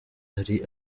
hari